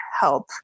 help